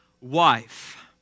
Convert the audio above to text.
wife